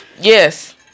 Yes